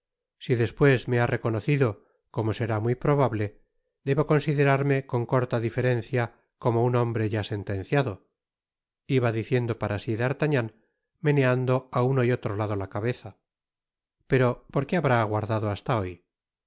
si despues me ha reconocido como será muy probable debo considerarme con corta diferencia como un hombre ya sentenciado iba diciendo para sí d'artagnan meneando á uno y otro lado la cabeza pero por qué habrá aguardado hasta hoy